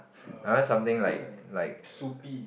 err what's what's there at soupy